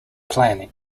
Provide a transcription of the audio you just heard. planning